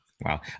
Wow